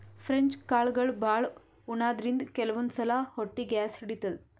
French ಕಾಳ್ಗಳ್ ಭಾಳ್ ಉಣಾದ್ರಿನ್ದ ಕೆಲವಂದ್ ಸಲಾ ಹೊಟ್ಟಿ ಗ್ಯಾಸ್ ಹಿಡಿತದ್